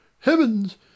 Heavens